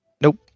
nope